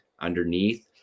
underneath